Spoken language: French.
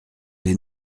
des